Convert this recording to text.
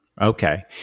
Okay